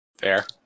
Fair